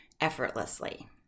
effortlessly